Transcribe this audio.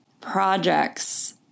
projects